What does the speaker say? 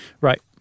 Right